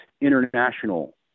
international